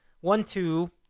one-two